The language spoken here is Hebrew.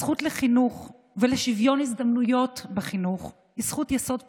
הזכות לחינוך ולשוויון הזדמנויות בחינוך היא זכות יסוד בסיסית.